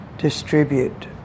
distribute